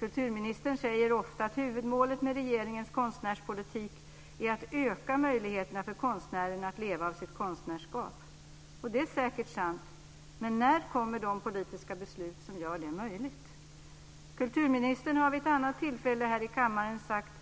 Kulturministern säger ofta att huvudmålet med regeringens konstnärspolitik är att öka möjligheterna för konstnären att leva av sitt konstnärskap. Och det är säkert sant, men när kommer de politiska beslut som gör det möjligt? Kulturministern har vid ett annat tillfälle här i kammaren sagt